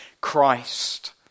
Christ